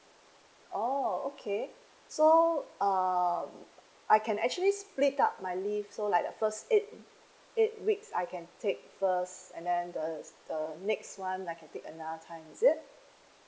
oh okay so um I can actually split up my leave so like the first eight eight weeks I can take first and then the the next one I can take another time is it